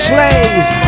Slave